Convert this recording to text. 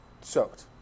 soaked